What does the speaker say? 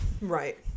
right